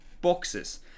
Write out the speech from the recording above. boxes